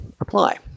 apply